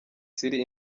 city